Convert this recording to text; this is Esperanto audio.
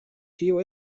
kio